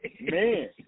Man